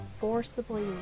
forcibly